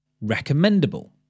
recommendable